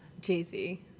Jay-Z